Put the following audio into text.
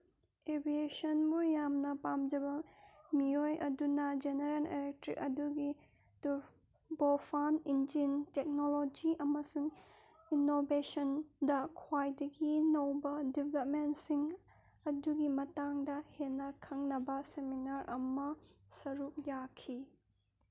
ꯑꯦꯚꯤꯌꯦꯁꯟꯕꯨ ꯌꯥꯝꯅ ꯄꯥꯝꯖꯕ ꯃꯤꯑꯣꯏ ꯑꯗꯨꯅ ꯖꯦꯅꯦꯔꯦꯜ ꯑꯦꯂꯦꯛꯇ꯭ꯔꯤꯛ ꯑꯗꯨꯒꯤ ꯇꯨꯔꯕꯣꯐꯥꯟ ꯏꯟꯖꯤꯟ ꯇꯦꯛꯅꯣꯂꯣꯖꯤ ꯑꯃꯁꯨꯡ ꯏꯅꯣꯚꯦꯁꯟꯗ ꯈ꯭ꯋꯥꯏꯗꯒꯤ ꯅꯧꯕ ꯗꯤꯕ꯭ꯂꯞꯃꯦꯟꯁꯤꯡ ꯑꯗꯨꯒꯤ ꯃꯇꯥꯡꯗ ꯍꯦꯟꯅ ꯈꯪꯅꯕ ꯁꯦꯃꯤꯅꯥꯔ ꯑꯃ ꯁꯔꯨꯛ ꯌꯥꯈꯤ